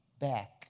back